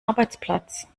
arbeitsplatz